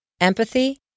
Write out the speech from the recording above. empathy